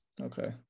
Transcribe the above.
Okay